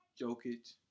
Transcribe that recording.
Jokic